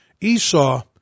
Esau